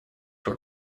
were